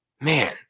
man